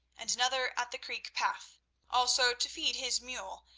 and another at the creek path also to feed his mule,